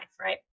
Right